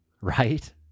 right